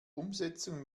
umsetzung